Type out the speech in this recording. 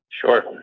Sure